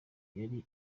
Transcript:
yari